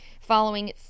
Following